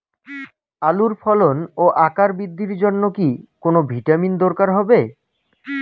আলুর ফলন ও আকার বৃদ্ধির জন্য কি কোনো ভিটামিন দরকার হবে?